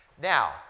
Now